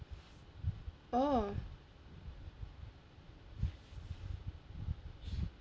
oh